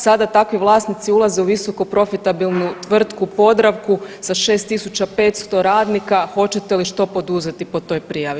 Sada takvi vlasnici ulaze u visokoprofitabilnu tvrtku Podravku sa 6.500 radnika, hoćete li što poduzeti po toj prijavi?